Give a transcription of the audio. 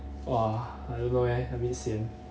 !wah! I don't know eh a bit sian